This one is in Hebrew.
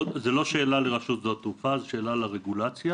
זו לא שאלה לרשות שדות התעופה, זו שאלה לרגולציה.